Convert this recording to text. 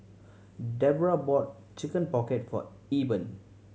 Debroah bought Chicken Pocket for Eben